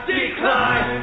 decline